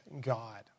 God